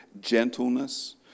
gentleness